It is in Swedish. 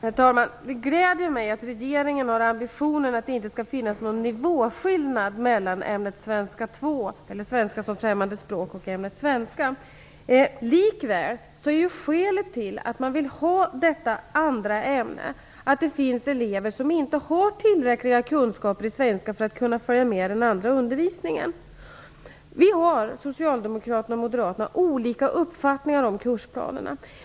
Herr talman! Det gläder mig att regeringen har ambitionen att det inte skall vara någon nivåskillnad mellan ämnet svenska som främmande språk och ämnet svenska. Likväl är skälet till att man vill ha två ämnen att det finns elever som inte har tillräckligt mycket kunskaper i svenska för att kunna följa med i den vanliga undervisningen. Socialdemokraterna och Moderaterna har olika uppfattningar om kursplanerna.